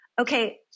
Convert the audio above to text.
Okay